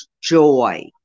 joy